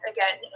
Again